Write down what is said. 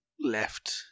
left